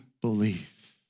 believe